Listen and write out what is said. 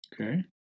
Okay